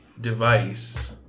device